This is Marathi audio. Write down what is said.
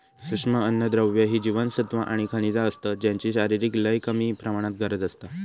सूक्ष्म अन्नद्रव्य ही जीवनसत्वा आणि खनिजा असतत ज्यांची शरीराक लय कमी प्रमाणात गरज असता